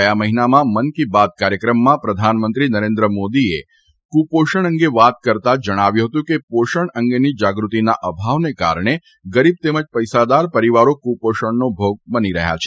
ગયા મહિનામાં મન કી બાત કાર્યક્રમમાં પ્રધાનમંત્રી નરેન્દ્ર મોદીએ ક્રપોષણ અંગે વાત કરતા જણાવ્યું હતું કે પોષણ અંગેની જાગૃતિના અભાવના કારણે ગરીબ તેમજ પૈસાદાર પરિવારો કુપોષણનો ભોગ બની રહ્યા છે